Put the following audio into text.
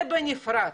זה בנפרד.